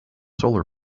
solar